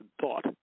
thought